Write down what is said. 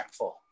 impactful